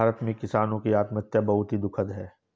भारत में किसानों की आत्महत्या बहुत ही दुखद है